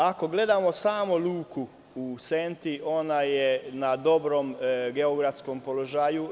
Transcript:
Ako gledamo samo luku u Senti ona je na dobrom geografskom položaju.